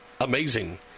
amazing